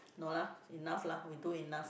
no lah enough lah we do enough